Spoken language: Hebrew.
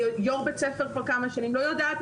אני יו"ר בית ספר כבר כמה שנים ואני לא יודעת